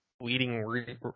leading